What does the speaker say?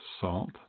salt